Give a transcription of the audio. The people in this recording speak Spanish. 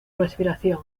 respiración